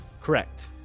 Correct